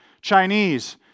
Chinese